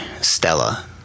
Stella